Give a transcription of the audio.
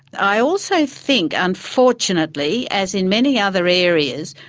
i also think, unfortunately, as in many other areas,